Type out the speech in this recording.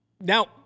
Now